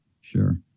Sure